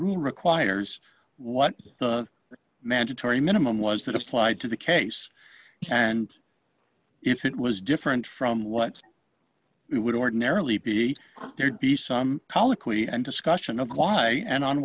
room requires what the mandatory minimum was that applied to the case and if it was different from what it would ordinarily be there'd be some colloquy and discussion of why and on